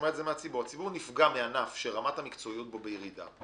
נפגע מענף שרמת המקצועיות בו בירידה.